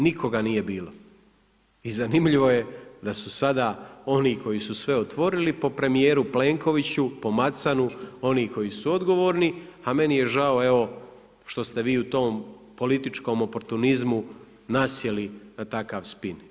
Nikoga nije bilo i zanimljivo je da su sada, oni koji su sve otvorili, po premjeru Plenkoviću, po Macanu, oni koji su odgovorni, a meni je žao, evo, što ste vi u tom političkom oportunizmu, nasjeli na takav spin.